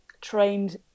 trained